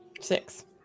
Six